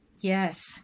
Yes